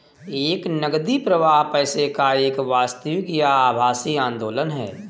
एक नकदी प्रवाह पैसे का एक वास्तविक या आभासी आंदोलन है